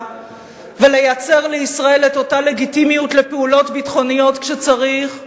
ולייצר לישראל את אותה לגיטימיות לפעולות ביטחוניות כשצריך,